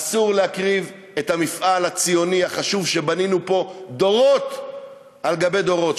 אסור להקריב את המפעל הציוני החשוב שבנינו פה דורות על גבי דורות,